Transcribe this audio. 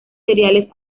cereales